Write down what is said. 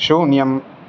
शून्यम्